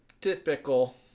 typical